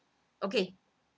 okay